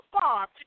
far